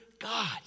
God